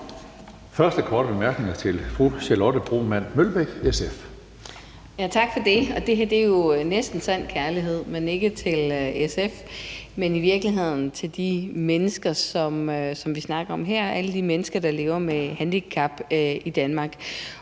Broman Mølbæk, SF. Kl. 17:00 Charlotte Broman Mølbæk (SF): Tak for det. Det her er jo næsten sand kærlighed, men ikke til SF, men i virkeligheden de mennesker, som vi snakker om her, alle de mennesker, der lever med handicap i Danmark.